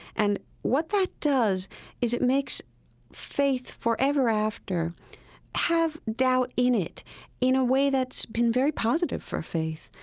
and what that does is it makes faith forever after have doubt in it in a way that's been very positive for faith.